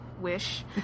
wish